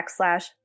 backslash